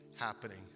happening